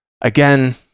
Again